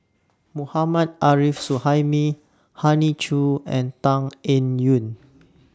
Mohammad Arif Suhaimi Hoey Choo and Tan Eng Yoon